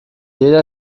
jeder